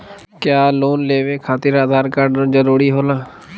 क्या लोन लेवे खातिर आधार कार्ड जरूरी होला?